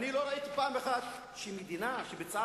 אני לא ראיתי פעם אחת שמדינה שביצעה